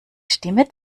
stimme